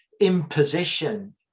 imposition